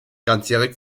ganzjährig